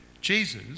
Jesus